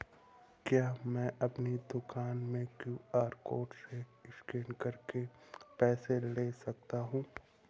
क्या मैं अपनी दुकान में क्यू.आर कोड से स्कैन करके पैसे ले सकता हूँ?